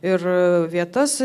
ir vietas